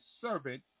servant